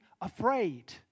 afraid